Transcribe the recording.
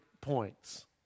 points